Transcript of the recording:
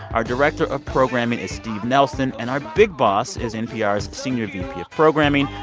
our director of programming is steve nelson. and our big boss is npr's senior vp of programming,